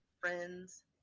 friends